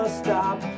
stop